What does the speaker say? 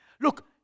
look